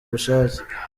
bushake